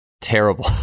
terrible